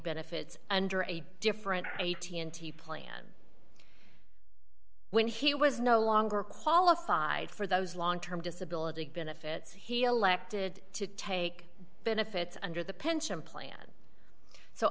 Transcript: benefits under a different eighty into the plan when he was no longer qualified for those long term disability benefits he elected to take benefits under the pension plan so